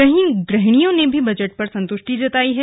वहीं गृहणियों ने भी बजट पर संतुष्टि जतायी है